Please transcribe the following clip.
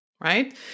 right